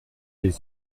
les